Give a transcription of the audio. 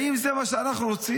האם זה מה שאנחנו רוצים?